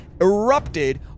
erupted